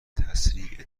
تسریع